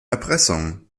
erpressung